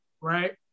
right